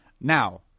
now